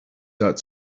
that